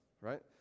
right